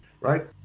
right